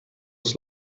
els